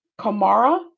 Kamara